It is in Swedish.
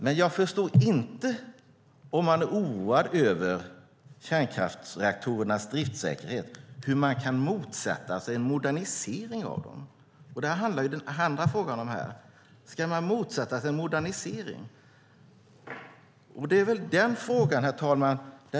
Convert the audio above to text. Men om man är oroad över kärnkraftreaktorernas driftssäkerhet förstår jag inte hur man kan motsätta sig modernisering av dem. Och den andra frågan handlar om ifall man ska motsätta sig modernisering. Herr talman!